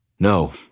No